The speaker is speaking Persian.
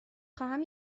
خواهم